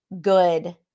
good